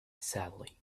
sadly